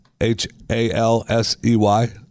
H-A-L-S-E-Y